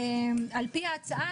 על פי ההצעה,